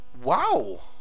Wow